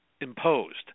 imposed